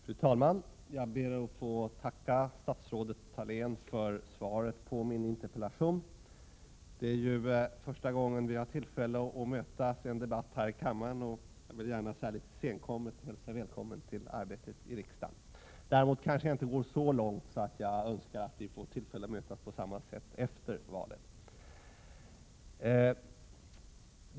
Fru talman! Jag ber att få tacka statsrådet Thalén för svaret på min interpellation. Det är första gången vi har tillfälle att mötas i en debatt här i kammaren, och jag vill gärna litet senkommet hälsa henne välkommen till arbetet i riksdagen. Däremot kanske jag inte går så långt att jag önskar att vi får tillfälle att mötas på samma sätt efter valet.